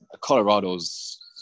Colorado's